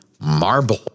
Marble